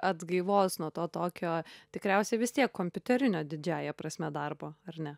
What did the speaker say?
atgaivos nuo to tokio tikriausiai vis tiek kompiuterinio didžiąja prasme darbo ar ne